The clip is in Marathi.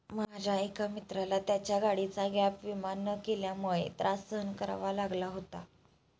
माझ्या एका मित्राला त्याच्या गाडीचा गॅप विमा न केल्यामुळे त्रास सहन करावा लागला होता